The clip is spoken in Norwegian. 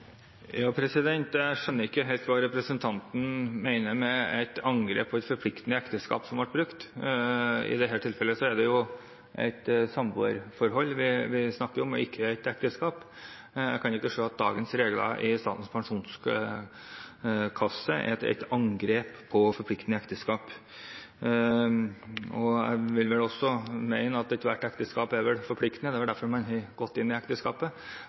Jeg skjønner ikke helt hva representanten mener med et angrep på et forpliktende ekteskap, som ble brukt. I dette tilfellet er det et samboerforhold vi snakker om, og ikke et ekteskap. Jeg kan ikke se at dagens regler i Statens pensjonskasse er et angrep på forpliktende ekteskap. Jeg vil vel også mene at ethvert ekteskap er forpliktende – det er derfor man har gått inn i ekteskapet.